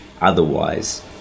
otherwise